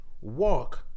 walk